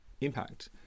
impact